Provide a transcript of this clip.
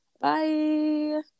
bye